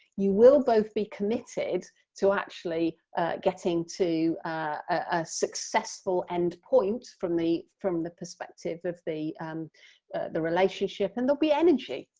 you will both be committed to actually getting to a successful end point from the from the perspective of the um the relationship and there'll be energy,